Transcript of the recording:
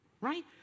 right